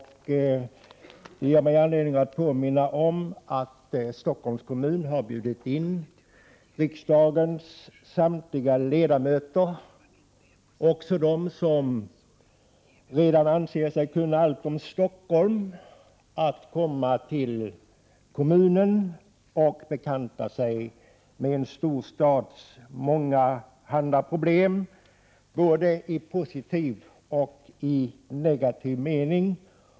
Detta ger mig anledning att påminna om att Stockholms kommun har bjudit in riksdagens samtliga ledamöter, också dem som redan anser sig kunna allt om Stockholm, att komma till kommunen och bekanta sig med en storstads mångahanda problem både i positiv och negativ mening.